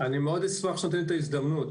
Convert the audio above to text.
אני מאוד אשמח שתהיה לי את ההזדמנות.